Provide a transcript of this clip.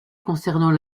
concernant